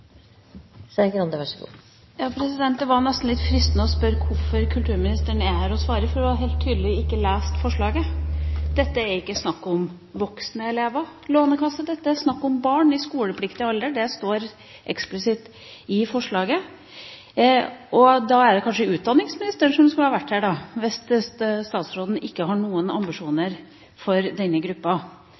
nesten litt fristende å spørre hvorfor kulturministeren er her og svarer, for hun har helt tydelig ikke lest forslaget. Dette er ikke snakk om voksne elever og Lånekassen, dette er snakk om barn i skolepliktig alder. Det står eksplisitt i forslaget. Det er kanskje utdanningsministeren som skulle ha vært her, hvis statsråden ikke har noen ambisjoner for denne gruppa.